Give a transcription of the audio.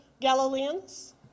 Galileans